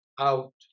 out